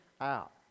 out